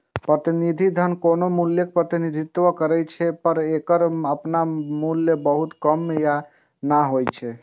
प्रतिनिधि धन कोनो मूल्यक प्रतिनिधित्व करै छै, पर एकर अपन मूल्य बहुत कम या नै होइ छै